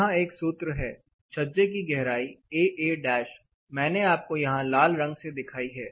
यहां एक सूत्र है छज्जे की गहराई AA' मैंने आपको यहां लाल रंग से दिखाई है